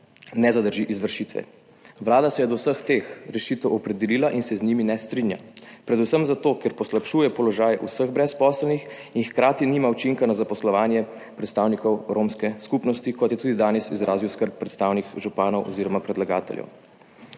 ne zadrži izvršitve. Vlada se je do vseh teh rešitev opredelila in se z njimi ne strinja, predvsem zato, ker poslabšujejo položaj vseh brezposelnih in hkrati nimajo učinka na zaposlovanje predstavnikov romske skupnosti, kot je tudi danes izrazil skrb predstavnik županov oziroma predlagateljev.